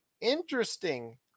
interesting